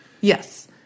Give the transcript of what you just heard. Yes